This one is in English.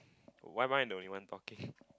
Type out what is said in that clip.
why am I the only one talking